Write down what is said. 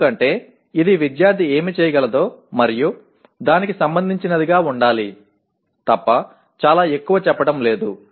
ఎందుకంటే ఇది విద్యార్థి ఏమి చేయగలదో దానికి సంబంధించినదిగా ఉండాలి తప్ప చాలా ఎక్కువ చెప్పడం లేదు